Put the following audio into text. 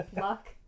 Luck